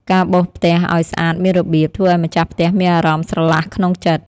ការបោសផ្ទះឱ្យស្អាតមានរបៀប ធ្វើឱ្យម្ចាស់ផ្ទះមានអារម្មណ៍ស្រឡះក្នុងចិត្ត។